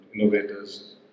innovators